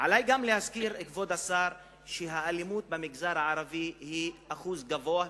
עלי גם להזכיר שהאלימות במגזר הערבי היא באחוז גבוה מאוד,